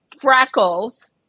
freckles